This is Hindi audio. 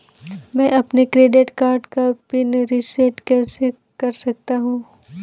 मैं अपने क्रेडिट कार्ड का पिन रिसेट कैसे कर सकता हूँ?